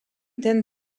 then